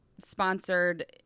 sponsored